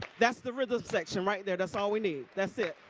that's the rhythm section right there. that's all we need. that's it.